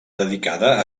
dedicada